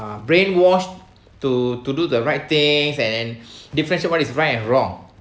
uh brainwashed to to do the right things and and differentiate what is right and wrong